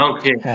Okay